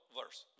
verse